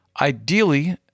Ideally